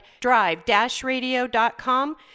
drive-radio.com